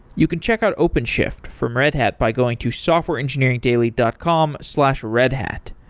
you can check out openshift from red hat by going to softwareengineeringdaily dot com slash redhat.